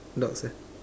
dogs ah